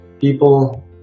people